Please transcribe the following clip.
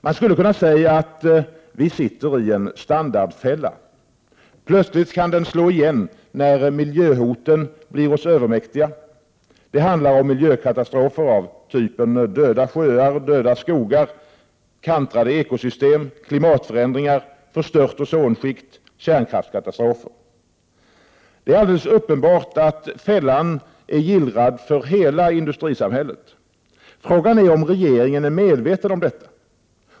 Man skulle kunna säga att vi sitter i en ”standardfälla”. Plötsligt kan den slå igen, när miljöhoten blir oss övermäktiga. Det handlar om miljökatastrofer av typen döda sjöar, döda skogar, kantrade ekosystem, klimatförändringar, förstört ozonskikt, kärnkraftskatastrofer. Det är alldeles uppenbart att fällan är gillrad för hela industrisamhället. Frågan är om regeringen är medveten om detta.